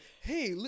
Hey